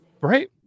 Right